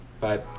Bye